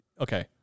okay